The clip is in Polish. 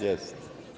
Jest.